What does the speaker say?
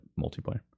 multiplayer